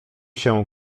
się